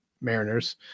Mariners